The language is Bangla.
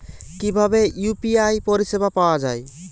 কিভাবে ইউ.পি.আই পরিসেবা পাওয়া য়ায়?